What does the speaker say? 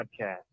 podcast